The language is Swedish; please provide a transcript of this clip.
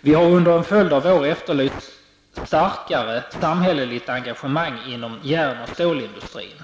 Vänsterpartiet har under en följd av år efterlyst ett starkare samhälleligt engagemang inom järn och stålindustrin.